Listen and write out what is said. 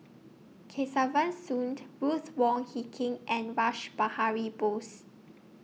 Kesavan Soon Ruth Wong Hie King and Rash Behari Bose